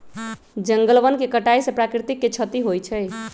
जंगल वन के कटाइ से प्राकृतिक के छति होइ छइ